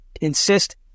insist